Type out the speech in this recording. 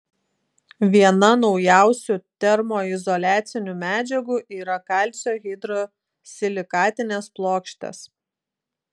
viena naujausių termoizoliacinių medžiagų yra kalcio hidrosilikatinės plokštės